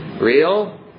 Real